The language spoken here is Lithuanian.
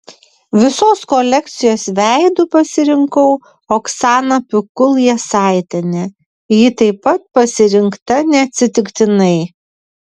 visos kolekcijos veidu pasirinkau oksaną pikul jasaitienę ji taip pat pasirinkta neatsitiktinai